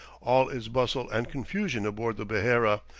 all is bustle and confusion aboard the behera,